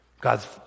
God's